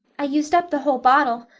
i used up the whole bottle,